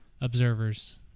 observers